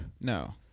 no